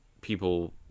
people